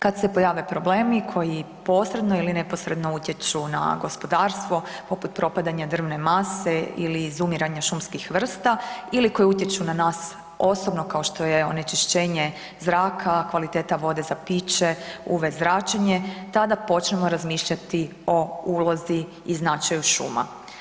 Kada se pojave problemi koji posredno ili neposredno utječu na gospodarstvo, propadanje drvne mase ili izumiranje šumskih vrsta ili koji utječu na nas osobno kao što je onečišćenje zraka, kvaliteta vode za piće, UV zračenje tada počnemo razmišljati o ulozi i značaju šuma.